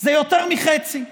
זה יותר מחצי,